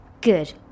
Good